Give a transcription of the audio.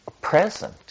present